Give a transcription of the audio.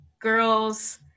girls